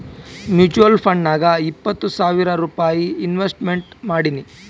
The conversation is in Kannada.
ಮುಚುವಲ್ ಫಂಡ್ನಾಗ್ ಇಪ್ಪತ್ತು ಸಾವಿರ್ ರೂಪೈ ಇನ್ವೆಸ್ಟ್ಮೆಂಟ್ ಮಾಡೀನಿ